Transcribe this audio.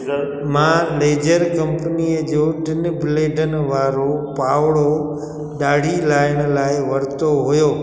razor मां razor कंपनीअ जो टिनि ब्लेडनि वारो पावड़ो दाड़ी लायण लाइ वरितो हुओ